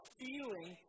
feeling